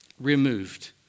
removed